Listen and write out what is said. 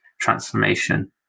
transformation